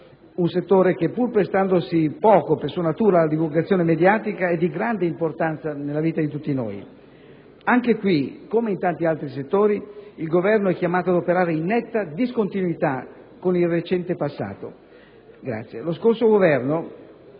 un settore che, pur prestandosi poco, per sua natura, alla divulgazione mediatica, è di grande importanza nella vita di tutti noi. Anche qui, come in tanti altri settori, il Governo è chiamato ad operare in netta discontinuità con il recente passato. Lo